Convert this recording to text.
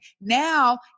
Now